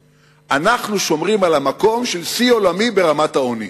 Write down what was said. ברכה: אנחנו שומרים על המקום של שיא עולמי ברמת העוני.